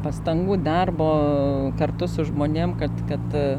pastangų darbo kartu su žmonėm kad kad